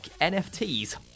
NFTs